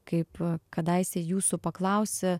kaip kadaise jūsų paklausė